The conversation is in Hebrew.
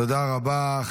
תודה רבה.